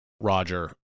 Roger